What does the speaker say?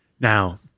now